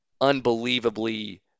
unbelievably